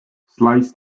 slice